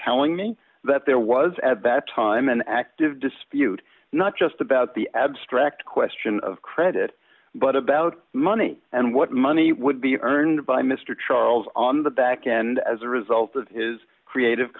telling me that there was at that time an active dispute not just about the abstract question of credit but about money and what money would be earned by mr charles on the back and as a result of his creative